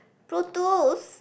Protos